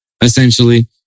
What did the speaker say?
essentially